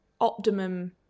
optimum